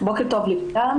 בוקר טוב לכולם.